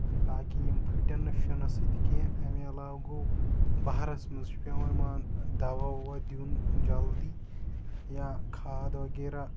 تاکہِ یِم پھٕٹ نہٕ شِنہٕ سۭتۍ کیٚنٛہہ اَمہِ علاوٕ گوٚو بہارَس منٛز چھُ پیٚوان مان ژٕ دوہ وَوہ دیُن جلدی یا کھاد وغیرہ